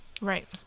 right